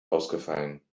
ausgefallen